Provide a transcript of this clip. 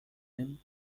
این